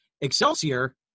Excelsior